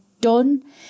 done